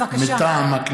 בבקשה.